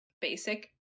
basic